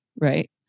right